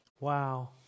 Wow